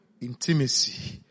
intimacy